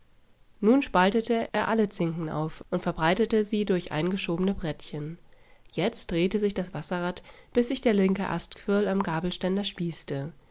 nun spaltete er alle zinken auf und verbreiterte sie durch eingeschobene brettchen jetzt drehte sich das wasserrad bis sich der linke astquirl am gabelständer spießte